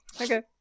Okay